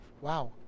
wow